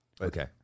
Okay